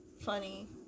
funny